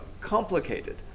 complicated